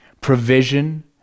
provision